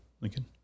Lincoln